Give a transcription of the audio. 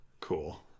Cool